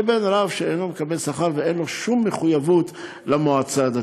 לבין רב שאינו מקבל שכר ואין לו שום מחויבות למועצה הדתית.